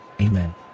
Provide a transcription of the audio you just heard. Amen